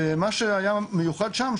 ומה שהיה מיוחד שם,